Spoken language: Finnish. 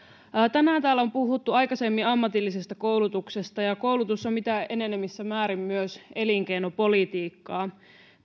tänään on puhuttu aikaisemmin ammatillisesta koulutuksesta ja koulutus on enenevässä määrin myös elinkeinopolitiikkaa